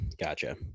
gotcha